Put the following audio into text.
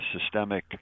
systemic